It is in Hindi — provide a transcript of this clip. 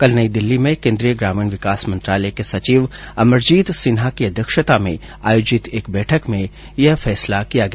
कल नई दिल्ली में केन्द्रीय ग्रामीण विकास मंत्रालय के सचिव अमरजीत सिन्हा की अध्यक्षता में आयोजित एक बैठक में यह फैसला किया गया